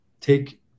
take